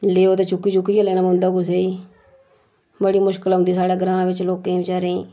लेओ तां चुक्की चुक्कियै लेना पौंदा कुसेई बड़ी मुश्कल औंदी साढ़े ग्रांऽ बिच्च लोकें ई बेचारें